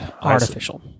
artificial